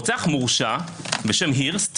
רוצח מורשע בשם הירסט